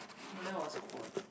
but that was quote